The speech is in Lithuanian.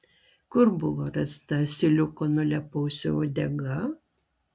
kur buvo rasta asiliuko nulėpausio uodega